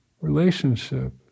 relationship